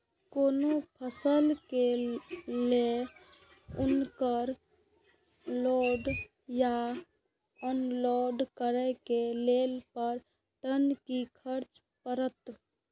कोनो फसल के लेल उनकर लोड या अनलोड करे के लेल पर टन कि खर्च परत?